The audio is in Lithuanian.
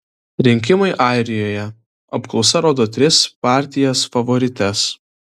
rinkimai airijoje apklausa rodo tris partijas favorites